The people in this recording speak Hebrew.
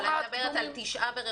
אני מדברת על 9 ברחובות,